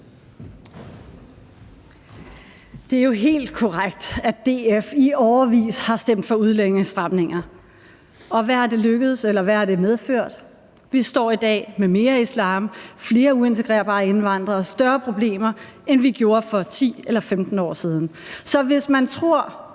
Det er jo helt korrekt, at DF i årevis har stemt for udlændingestramninger, og hvad har det medført? Vi står i dag med mere islam, flere uintegrerbare indvandrere og større problemer, end vi havde for 10 eller 15 år siden. Så hvis man tror,